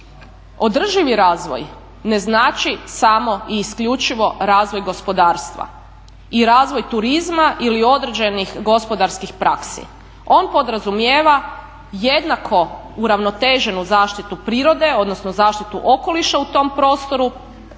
Održivi razvoj ne znači samo i isključivo razvoj gospodarstva ili razvoj turizma ili određenih gospodarskih praksi. On podrazumijeva jednako uravnoteženu zaštitu prirode odnosno zaštitu okoliša u tom prostoru,